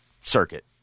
circuit